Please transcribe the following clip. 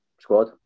squad